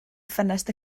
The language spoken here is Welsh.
ffenest